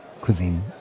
cuisine